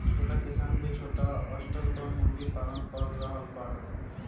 छोट किसान भी छोटा स्टार पर मुर्गी पालन कर रहल बाड़न